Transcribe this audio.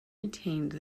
retained